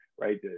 right